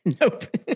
Nope